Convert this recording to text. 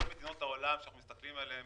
כל מדינות העולם שאנחנו מסתכלים עליהן,